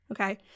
okay